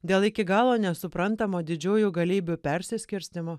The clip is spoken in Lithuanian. dėl iki galo nesuprantamo didžiųjų galybių persiskirstymo